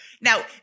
Now